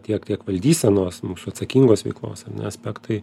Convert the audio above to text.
tiek tiek valdysenos mūsų atsakingos veiklos ane aspektai